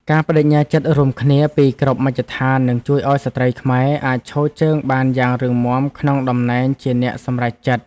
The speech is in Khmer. ការប្តេជ្ញាចិត្តរួមគ្នាពីគ្រប់មជ្ឈដ្ឋាននឹងជួយឱ្យស្ត្រីខ្មែរអាចឈរជើងបានយ៉ាងរឹងមាំក្នុងតំណែងជាអ្នកសម្រេចចិត្ត។